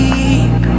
deep